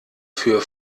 für